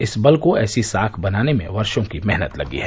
इस बल को ऐसी साख बनाने में वर्षो की मेहनत लगी है